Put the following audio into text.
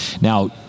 Now